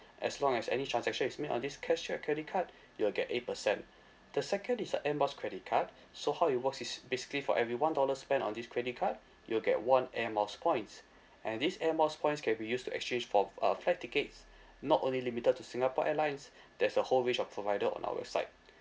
as long as any transaction is made on this cashback credit card you'll get eight percent the second is a air miles credit card so how it works is basically for every one dollar spend on this credit card you'll get one air miles points and this air miles points can be used to exchange for uh flight tickets not only limited to singapore airlines there's a whole range of provider on our side